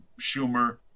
Schumer